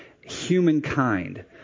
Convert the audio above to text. humankind